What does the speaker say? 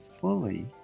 fully